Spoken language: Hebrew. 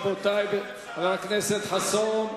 רבותי, חבר הכנסת חסון.